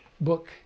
book